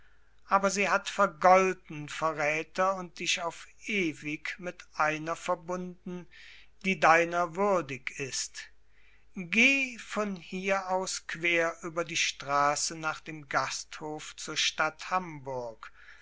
aber sie hat vergolten verräter und dich auf ewig mit einer verbunden die deiner würdig ist geh von hier aus quer über die straße nach dem gasthof zur stadt hamburg